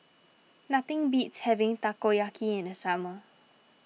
nothing beats having Takoyaki in the summer